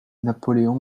napoleon